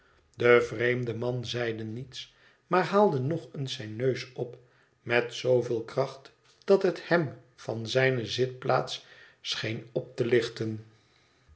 de vreemde man zeide niets maar haalde nog eens zijn neus op met zooveel kracht dat het hem van zijne zitplaats scheen op te lichten